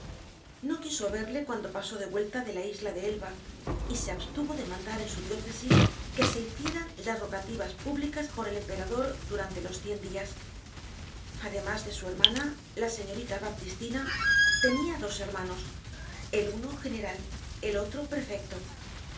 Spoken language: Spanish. no quiso verle cuando pasó de vuelta de la isla de elba y se abstuvo de mandar en su diócesi que se hicieran las rogativas públicas por el emperador durante los cien dias además de su hermana la señorita baptistina tenia dos hermanos el uno general el otro prefecto